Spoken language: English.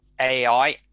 ai